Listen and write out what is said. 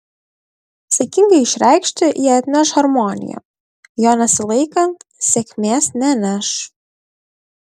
saikingai išreikšti jie atneš harmoniją jo nesilaikant sėkmės neneš